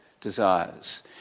desires